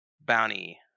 Bounty